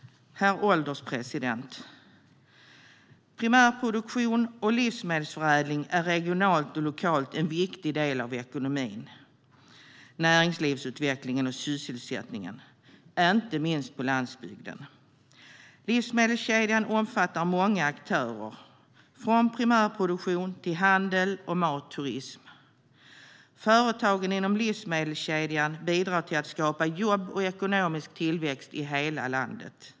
Herr ålderspresident! Primärproduktion och livsmedelsförädling är regionalt och lokalt en viktig del av ekonomin, näringslivsutvecklingen och sysselsättningen, inte minst på landsbygden. Livsmedelskedjan omfattar många aktörer, från primärproduktion till handel och matturism. Företagen inom livsmedelskedjan bidrar till att skapa jobb och ekonomisk tillväxt i hela landet.